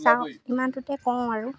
চাওঁ ইমানটোতে কওঁ আৰু